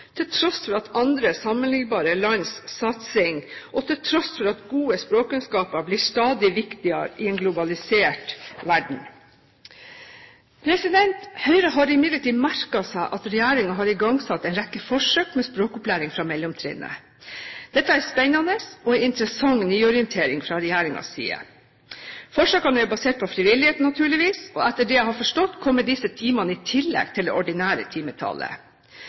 til tross for andre sammenlignbare lands satsing og til tross for at gode språkkunnskaper blir stadig viktigere i en globalisert verden. Høyre har imidlertid merket seg at regjeringen har igangsatt en rekke forsøk med språkopplæring fra mellomtrinnet. Dette er spennende og en interessant nyorientering fra regjeringens side. Forsøkene er basert på frivillighet, naturligvis, og etter det jeg har forstått, kommer disse timene i tillegg til det ordinære timetallet.